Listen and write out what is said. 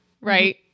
right